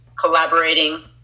collaborating